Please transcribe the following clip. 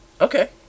okay